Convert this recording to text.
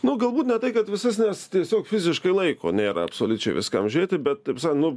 nu galbūt tai kad visas nes tiesiog fiziškai laiko nėra absoliučiai viskam žiūrėti bet ta prasme nu